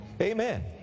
Amen